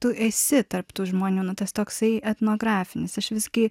tu esi tarp tų žmonių nu tas toksai etnografinis aš visgi